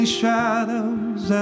shadows